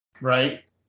Right